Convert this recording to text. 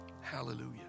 Hallelujah